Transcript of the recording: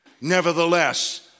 Nevertheless